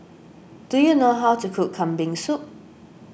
do you know how to cook Kambing Soup